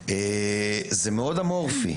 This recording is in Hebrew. זה מאוד אמורפי,